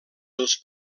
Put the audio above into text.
dels